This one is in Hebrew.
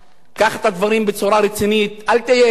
קח את הדברים בצורה רצינית, אל תהיה נחמד,